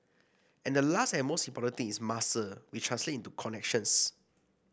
and the last and most important thing is muscle which translate into connections